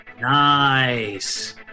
Nice